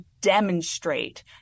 demonstrate